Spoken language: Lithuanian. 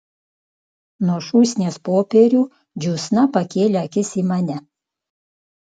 nuo šūsnies popierių džiūsna pakėlė akis į mane